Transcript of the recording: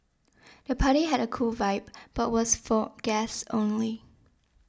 the party had a cool vibe but was for guests only